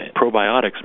probiotics